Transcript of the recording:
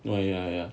ya ya